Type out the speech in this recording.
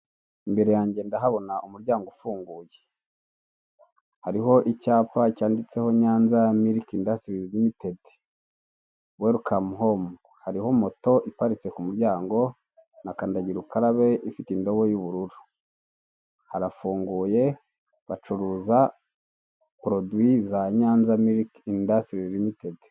Imbere yange ndahabona umuryango ufunguye, hariho icyapa cyanditseho Nyanza miliki indasitirizi limitedi welikamu home, hariho moto iparitse ku muryango na kandagira ukarabe ifite indobo y'ubururu, harafunguye bacuruza poroduwi za Nyanza miliki indasitirizi limitedi.